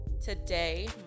today